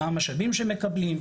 מה המשאבים שמקבלים,